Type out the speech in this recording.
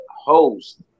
host